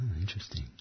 interesting